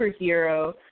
superhero